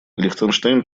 лихтенштейн